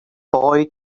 boy